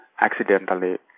accidentally